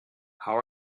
how